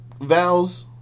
vows